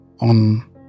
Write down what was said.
on